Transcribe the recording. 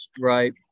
Right